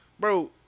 Bro